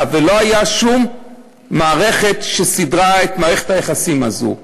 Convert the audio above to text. ולא הייתה שום מערכת שסידרה את מערכת היחסים הזו.